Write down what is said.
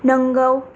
नंगौ